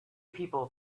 people